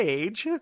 age